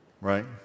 right